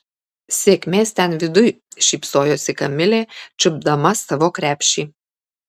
sėkmės ten viduj šypsojosi kamilė čiupdama savo krepšį